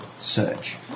search